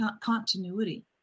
continuity